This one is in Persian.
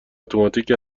اتوماتیک